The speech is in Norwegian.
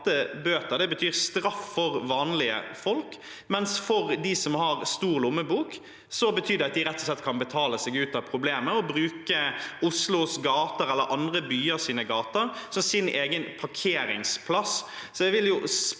bøter betyr straff for vanlige folk, mens for dem som har stor lommebok, betyr det at de rett og slett kan betale seg ut av problemet og bruke Oslos gater eller andre byers gater som sin egen parkeringsplass.